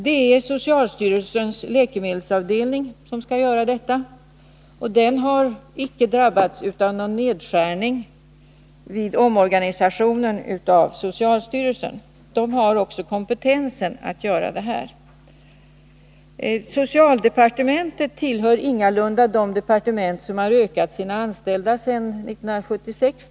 Det är socialstyrelsens läkemedelsavdelning som skall göra detta, och den har icke drabbats av någon nedskärning vid omorganisationen av socialstyrelsen. Den har också nödvändig kompetens. Socialdepartementet tillhör ingalunda de departement som har ökat sin personal sedan 1976.